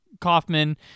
Kaufman